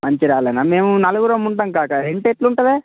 మంచిర్యాలేనా మేము నలుగురం ఉంటాం కాకా రెంట్ ఎట్లుంటుంది